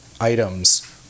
items